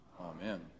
Amen